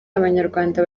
abanyarwanda